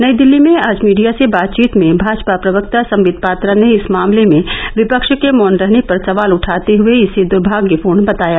नई दिल्ली में आज मीडिया से बातचीत में भाजपा प्रवक्ता सम्बित पात्रा ने इस मामले में विपक्ष के मौन रहने पर सवाल उठाते हुए इसे दुर्भाग्यपूर्ण बताया